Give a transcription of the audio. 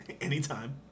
anytime